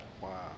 Wow